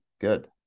good